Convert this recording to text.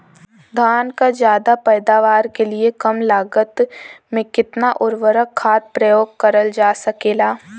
धान क ज्यादा पैदावार के लिए कम लागत में कितना उर्वरक खाद प्रयोग करल जा सकेला?